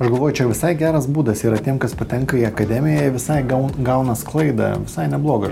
aš galvoju čia jau visai geras būdas yra tiem kas patenka į akademiją visai gal gauna sklaidą visai neblogą